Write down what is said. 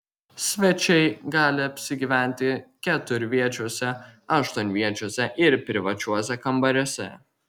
svečiai gali apsigyventi keturviečiuose aštuonviečiuose ir privačiuose kambariuose